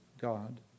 God